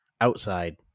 outside